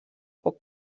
poc